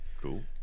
Cool